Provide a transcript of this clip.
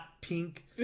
pink